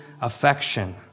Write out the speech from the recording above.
affection